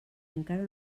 encara